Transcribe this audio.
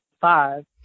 five